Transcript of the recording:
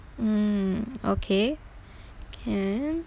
mm okay can